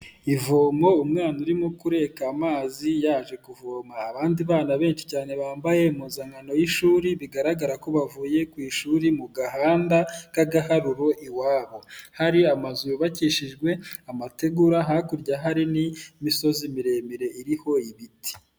Ivomo umwana urimo kureka amazi yaje kuvoma abandi bana benshi cyane bambaye impuzankano y'ishuri bigaragara ko bavuye ku ishuri mu gahanda k'agaharuro iwabo, hari amazu yubakishijwe amategura, hakurya hari n'imisozi miremire iriho ibiti.